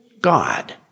God